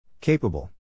Capable